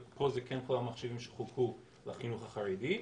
ופה זה כן כולל מחשבים שחולקו לחינוך החרדי,